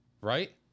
Right